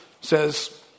says